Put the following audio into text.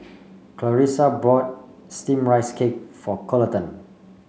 Clarisa bought steamed Rice Cake for Coleton